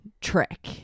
trick